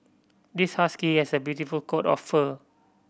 this husky has a beautiful coat of fur